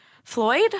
Floyd